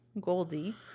Goldie